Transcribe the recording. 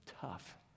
tough